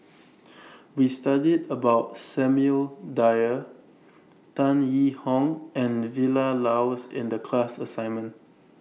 We studied about Samuel Dyer Tan Yee Hong and Vilma Laus in The class assignment